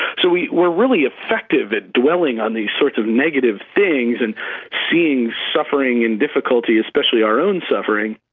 so we're we're really effective at dwelling on these sort of negative things, and seeing suffering and difficulty, especially our own suffering,